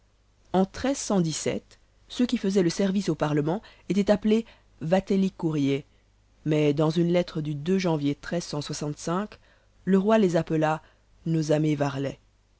en ceux qui faisaient le service au parlement étaient appelés vateli curiæ mais dans une lettre du janvier le roi les appela nos amés